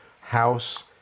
house